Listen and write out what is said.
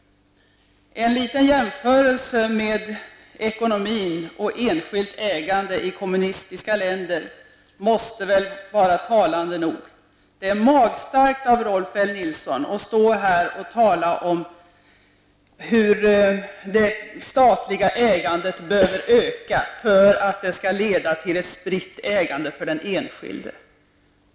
En liten jämförelse mellan ekonomin i kommunistiska länder och enskilt ägande måste väl vara talande nog. Det är magstarkt av Rolf L Nilsson att stå här och tala om hur det statliga ägandet bör öka för att det skall bli ett spritt enskilt ägande.